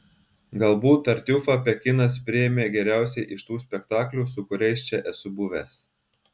galbūt tartiufą pekinas priėmė geriausiai iš tų spektaklių su kuriais čia esu buvęs